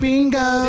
Bingo